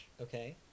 Okay